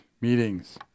meetings